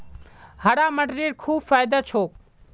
हरा मटरेर खूब फायदा छोक